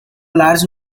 large